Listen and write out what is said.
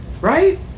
Right